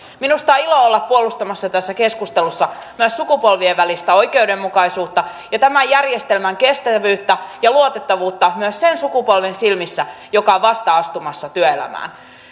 minusta on ilo olla puolustamassa tässä keskustelussa myös sukupolvien välistä oikeudenmukaisuutta ja tämän järjestelmän kestävyyttä ja luotettavuutta myös sen sukupolven silmissä joka on vasta astumassa työelämään